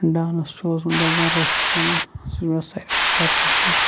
dance چھُ اوسمُت یَتھ زَن روٚف چھِ وَنان سُہ چھِ مےٚ ساروے منٛز زیادٕ پَسنٛد